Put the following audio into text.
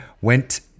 went